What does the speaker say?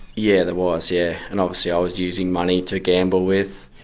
yeah there was, yeah, and obviously i was using money to gamble with.